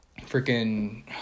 Freaking